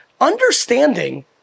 Understanding